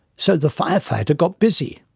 so the fire fighter got busy.